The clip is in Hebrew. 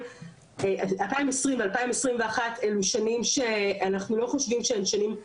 אלו שנים שאנחנו לא חושבים שהן שנים מאפיינות שאפשר לגזור מהן מסקנות